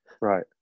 Right